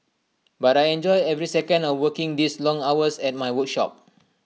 but I enjoy every second of working these long hours at my workshop